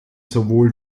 sowohl